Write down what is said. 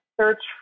search